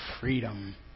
freedom